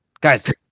guys